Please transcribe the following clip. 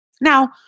Now